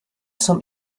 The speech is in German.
zum